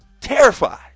terrified